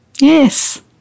Yes